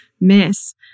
miss